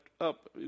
up